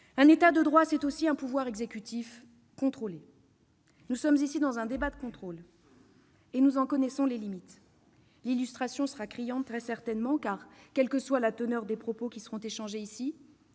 un État de droit, c'est aussi un pouvoir exécutif contrôlé. Notre débat est un débat de contrôle, et nous en connaissons les limites. L'illustration en sera très certainement criante, car, quelle que soit la teneur des propos qui seront échangés ici,